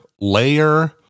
layer